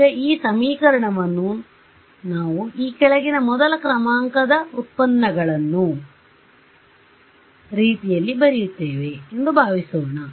ಈಗ ಈ ಸಮೀಕರಣವನ್ನು ನಾನು ಈ ಕೆಳಗಿನ ಮೊದಲ ಕ್ರಮಾಂಕದ ಉತ್ಪನ್ನಗಳನ್ನು ರೀತಿಯಲ್ಲಿ ಬರೆಯುತ್ತೇನೆ ಎಂದು ಭಾವಿಸೋಣ